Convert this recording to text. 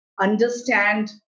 understand